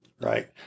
right